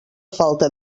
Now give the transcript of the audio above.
falta